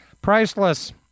Priceless